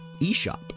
eShop